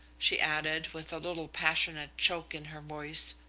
she added, with a little passionate choke in her voice.